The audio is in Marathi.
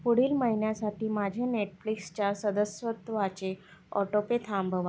पुढील महिन्यासाठी माझ्या नेटफ्लिक्सच्या सदस्यत्वाचे ऑटोपे थांबवा